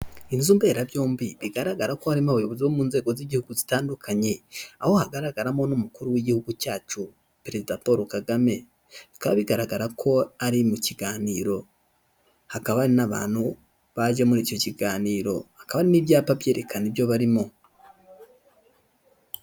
Inzu mboneberabyombi bigaragara ko harimo abayobozi bo mu nzego z'Igihugu zitandukanye, aho hagaragaramo n'umukuru w'Igihugu cyacu perezida Paul Kagame. Bikaba bigaragara ko ari mu kiganiro. Hakaba hari n'abantu baje muri icyo kiganiro, hakaba hari n'ibyapa byerekana ibyo barimo.